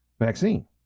vaccine